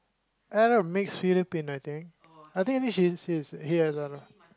Arab mates Philippine I think I think she she he has a